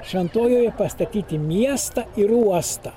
šventojoje pastatyti miestą ir uostą